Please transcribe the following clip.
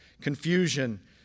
confusion